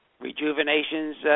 Rejuvenation's